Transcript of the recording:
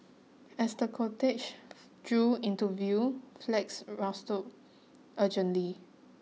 as the cortege drew into view flags urgently